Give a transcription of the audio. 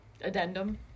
Addendum